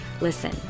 Listen